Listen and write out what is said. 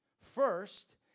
First